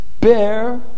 bear